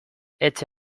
etxe